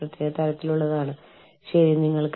നിങ്ങൾ ഓഫീസിൽ എത്താത്തതിനാൽ വീട്ടിൽ ഇരുന്ന് ജോലി ചെയ്യുന്നു